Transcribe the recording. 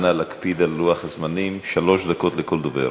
אנא, להקפיד על לוח הזמנים, שלוש דקות לכל דובר.